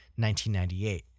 1998